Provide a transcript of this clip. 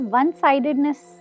one-sidedness